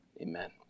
amen